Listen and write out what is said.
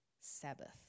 Sabbath